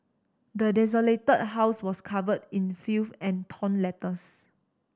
the desolated house was covered in filth and torn letters